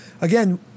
again